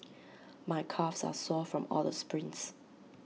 my calves are sore from all the sprints